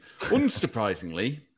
Unsurprisingly